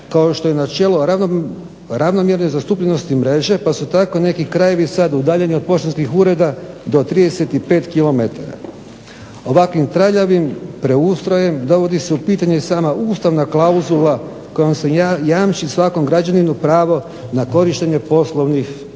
kao što je načelo ravnomjerne zastupljenosti mreže pa se tako neki krajevi sada udaljeni od poštanskih ureda do 35 kilometara. Ovakvim traljavim preustrojem dovodi se u pitanje sama ustavna klauzula kojom se jamči svakom građaninu pravo na korištenje poslovnih